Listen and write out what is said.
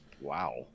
Wow